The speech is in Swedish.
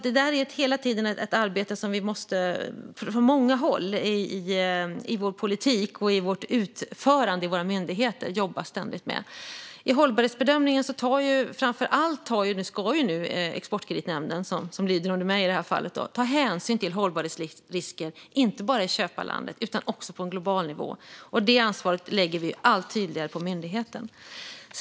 Det där är ett arbete som vi i vår politik och vårt utförande i våra myndigheter ständigt måste jobba med från många håll. I hållbarhetsbedömningen ska Exportkreditnämnden, som lyder under mig i det här fallet, ta hänsyn till hållbarhetsrisker inte bara i köparlandet utan också på global nivå. Det ansvaret lägger vi allt tydligare på myndigheten.